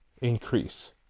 increase